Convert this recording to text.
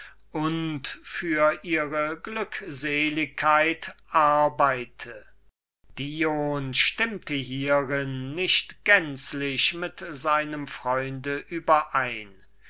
und für ihre glückseligkeit arbeite dion stimmte hierin nicht gänzlich mit seinem freunde überein